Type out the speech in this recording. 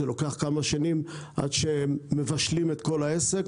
זה לוקח כמה שנים עד שמבשלים את כל העסק.